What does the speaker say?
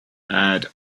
add